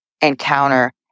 encounter